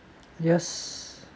yes